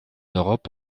europe